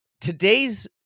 Today's